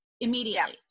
immediately